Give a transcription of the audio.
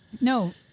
No